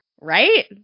Right